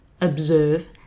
observe